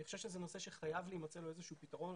אני חושב שזה נושא שחייב להימצא לו איזשהו פתרון.